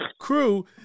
crew